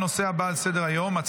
36 בעד, 45 נגד, אחד נוכח.